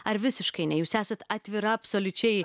ar visiškai ne jūs esat atvira absoliučiai